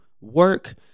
work